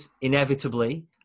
inevitably